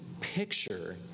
picture